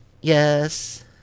yes